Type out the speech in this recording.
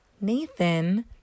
Nathan